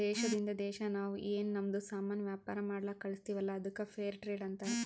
ದೇಶದಿಂದ್ ದೇಶಾ ನಾವ್ ಏನ್ ನಮ್ದು ಸಾಮಾನ್ ವ್ಯಾಪಾರ ಮಾಡ್ಲಕ್ ಕಳುಸ್ತಿವಲ್ಲ ಅದ್ದುಕ್ ಫೇರ್ ಟ್ರೇಡ್ ಅಂತಾರ